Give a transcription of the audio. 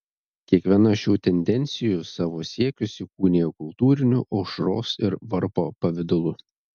kiekviena šių tendencijų savo siekius įkūnija kultūriniu aušros ir varpo pavidalu